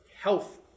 health